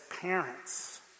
parents